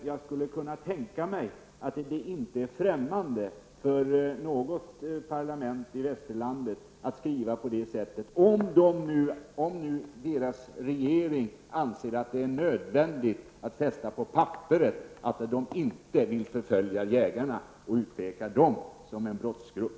Jag skulle emellertid kunna tänka mig att det inte är främmande för något parlament i västerlandet att skriva på det sättet om nu landets regering anser att det är nödvändigt att fästa på papper att man inte vill förfölja jägarna och utpeka dem som en brottsgrupp.